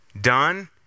Done